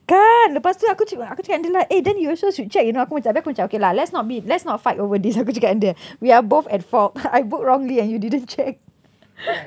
kan lepas tu aku cakap dengan dia lah eh then you also should check you know aku tapi aku macam okay lah let's not be let's not fight over this aku cakap dengan dia we are both at fault I booked wrongly and you didn't check